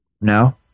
No